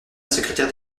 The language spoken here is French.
secrétaire